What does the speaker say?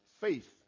faith